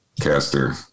caster